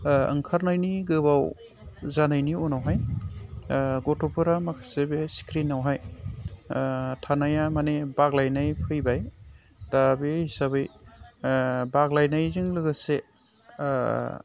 ओंखारनायनि गोबाव जानायनि उनावहाय गथ'फोरा माखासे बे स्क्रिनावहाय थानाया माने बाग्लायनाय फैबाय दा बे हिसाबै बाग्लायनायजों लोगोसे